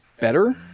better